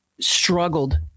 struggled